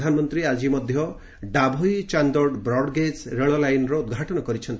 ପ୍ରଧାନମନ୍ତ୍ରୀ ଆଜି ମଧ୍ୟ ଡାଭୋଇ ଚାନ୍ଦୋଡ୍ ବ୍ରଡ୍ଗେଜ୍ ରେଳ ଲାଇନ୍ର ଉଦ୍ଘାଟନ କରିଛନ୍ତି